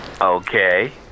Okay